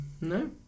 no